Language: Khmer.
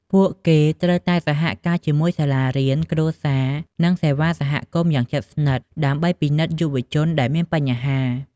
ពួកគេត្រូវតែ សហការជាមួយសាលារៀន គ្រួសារ និងសេវាសង្គម យ៉ាងជិតស្និទ្ធ ដើម្បីពិនិត្យយុវជនដែលមានបញ្ហា។